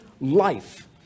life